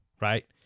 right